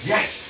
Yes